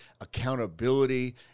accountability